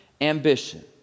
ambition